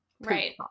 Right